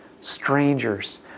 strangers